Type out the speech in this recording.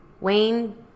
Wayne